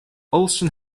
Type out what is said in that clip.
olsen